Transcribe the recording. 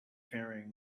faring